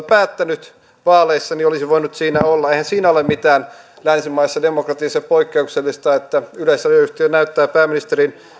päättänyt vaaleissa olisi voinut siinä olla eihän siinä ole mitään poikkeuksellista länsimaisessa demokratiassa että yleisradioyhtiö näyttää pääministerin